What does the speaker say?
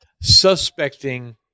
suspecting